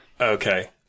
Okay